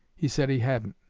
he said he hadn't.